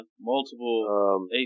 multiple